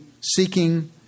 seeking